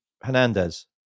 Hernandez